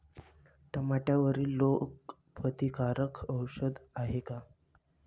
टमाट्यावरील रोग प्रतीकारक औषध हाये का?